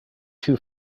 too